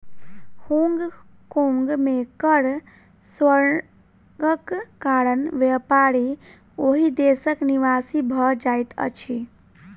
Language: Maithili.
होंग कोंग में कर स्वर्गक कारण व्यापारी ओहि देशक निवासी भ जाइत अछिं